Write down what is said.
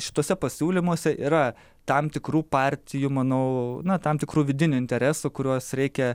šituose pasiūlymuose yra tam tikrų partijų manau na tam tikrų vidinių interesų kuriuos reikia